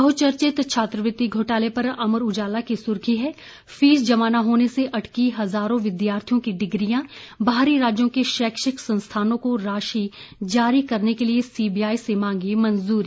बहचर्चित छात्रवृति घोटाले पर अमर उजाला की सुर्खी है फीस जमा न होने से अटकीं हजारों विद्यार्थियों की डिग्रियां बाहरी राज्यों के शैक्षिक संस्थानों को राशि जारी करने के लिए सीबीआई से मांगी मंजूरी